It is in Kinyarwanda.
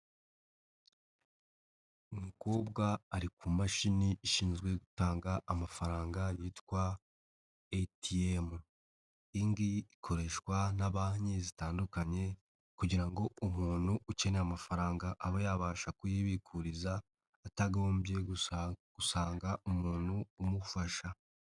Umukobwa ari ku mashini ishinzwe gutanga amafaranga yitwa ATM, iyi ngiyi ikoreshwa na banki zitandukanye kugira ngo umuntu ukeneye amafaranga abe yabasha kuyibikuririza atagombye gusanga umuntu umufasha.